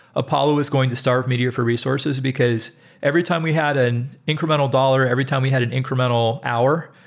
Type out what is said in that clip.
apollo was going to start meteor for resources, because every time we had an incremental dollar, every time we had an incremental hour,